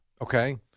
Okay